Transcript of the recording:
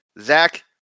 Zach